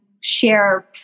share